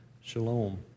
Shalom